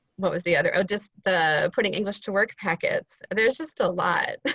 what was the other, oh just the putting english to work packets. there's just a lot.